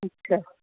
अच्छा